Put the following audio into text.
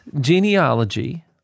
genealogy